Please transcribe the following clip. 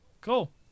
Cool